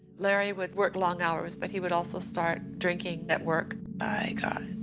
larry would work long hours, but he would also start drinking at work. i got